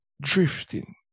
drifting